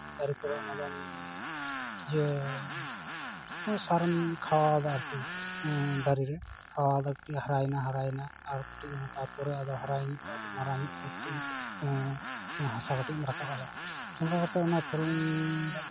ᱫᱟᱨᱮ ᱯᱚᱨᱮ ᱚᱱᱟ ᱫᱚᱢ ᱤᱭᱟᱹ ᱥᱟᱨᱮᱢ ᱠᱷᱟᱣᱟᱣᱟᱫᱟ ᱟᱨᱠᱤ ᱫᱟᱨᱮ ᱨᱮ ᱠᱷᱟᱣᱟ ᱠᱟᱛᱮ ᱠᱟᱹᱴᱤᱡ ᱦᱟᱨᱟᱭᱮᱱᱟ ᱦᱟᱨᱟᱭᱮᱱᱟ ᱟᱨ ᱠᱚᱹᱴᱤᱡ ᱛᱟᱯᱚᱨᱮ ᱟᱨ ᱦᱟᱨᱟᱭᱚᱡ ᱟᱨ ᱢᱟᱨᱟᱝᱧᱚᱜ ᱟᱫᱚ ᱠᱟᱹᱴᱤᱡ ᱦᱟᱥᱟ ᱠᱟᱹᱴᱤᱡ ᱮᱢ ᱨᱟᱠᱟᱵ ᱟᱫᱟ ᱚᱱᱠᱟ ᱠᱟᱛᱮ ᱚᱱᱟ ᱯᱷᱚᱞ